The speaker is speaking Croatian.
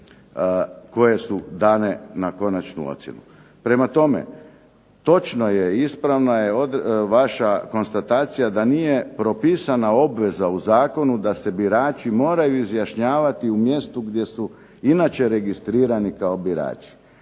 koje su dane na konačnu ocjenu. Prema tome, točno je, ispravna je vaša konstatacija da nije propisana obveza u zakonu da se birači moraju izjašnjavati u mjestu gdje su inače registrirani kao birači,